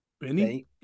Benny